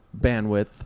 bandwidth